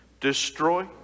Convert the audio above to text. destroy